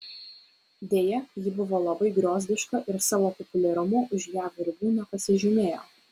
deja ji buvo labai griozdiška ir savo populiarumu už jav ribų nepasižymėjo